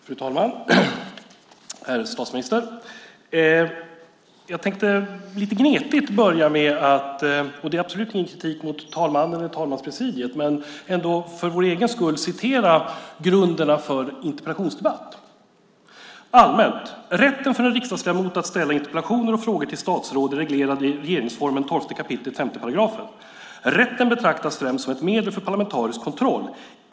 Fru talman! Ärade statsminister! Jag tänkte lite gnetigt börja med att - det är absolut inte någon kritik mot talmannen eller talmanspresidiet - för vår egen skull återge grunderna för interpellationsdebatt allmänt. Rätten för en riksdagsledamot att framställa interpellationer och frågor till statsråd är reglerad i regeringsformens 12 kap. 5 §. Rätten betraktas främst som ett medel för parlamentarisk kontroll.